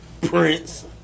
Prince